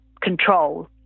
control